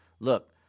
Look